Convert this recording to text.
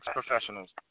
Professionals